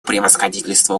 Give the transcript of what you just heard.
превосходительству